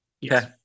Yes